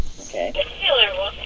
Okay